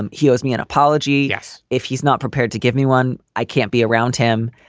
and he owes me an apology. yes. if he's not prepared to give me one, i can't be around him.